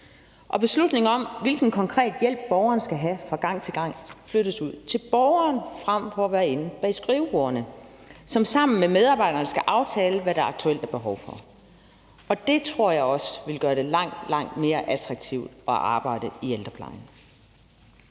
Og beslutningen om, hvilken konkret hjælp borgeren skal have fra gang til gang, flyttes ud til borgeren frem for at blive taget inde bag skrivebordene, så det er borgeren, der sammen med medarbejderne skal aftale, hvad der aktuelt er behov for. Det tror jeg også vil gøre det langt, langt mere attraktivt at arbejde i ældreplejen.